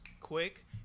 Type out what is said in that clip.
quick